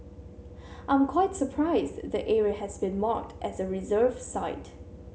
I'm quite surprised that area has been marked as reserve site